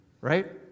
right